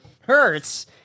hurts